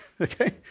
okay